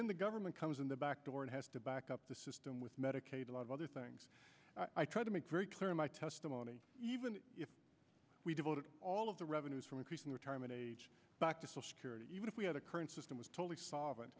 then the government comes in the back door and has to back up the system with medicaid a lot of other things i try to make very clear in my testimony even if we devoted all of the revenues from increasing retirement age back to social security even if we had a current system was totally solvent